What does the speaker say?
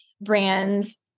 brands